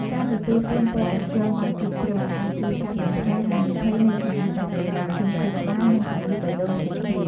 ការទទួលទានប៉ូតាស្យូមបានគ្រប់គ្រាន់អាចជួយកាត់បន្ថយហានិភ័យនៃជំងឺដាច់សរសៃឈាមខួរក្បាល និងជំងឺបេះដូងផ្សេងទៀត។